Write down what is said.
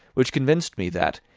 which convinced me that,